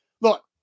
look